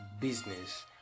business